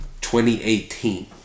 2018